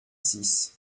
six